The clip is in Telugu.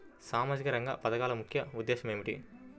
సామాజిక రంగ పథకాల ముఖ్య ఉద్దేశం ఏమిటీ?